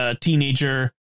teenager